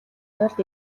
тулд